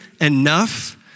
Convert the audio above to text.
enough